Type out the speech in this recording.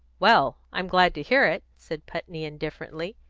well, i'm glad to hear it, said putney, indifferently,